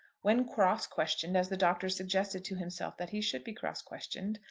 when cross-questioned, as the doctor suggested to himself that he should be cross-questioned,